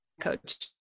coach